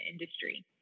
industry